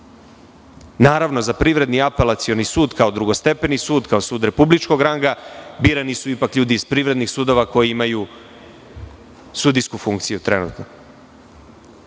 Naravno, za Privredni apelacioni sud kao drugostepeni sud, kao sud republičkog ranga su ipak birani ljudi iz privrednih sudova koji imaju sudijsku funkciju trenutno. Dajte,